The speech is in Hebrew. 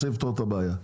רוצה לפתור את הבעיה,